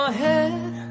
head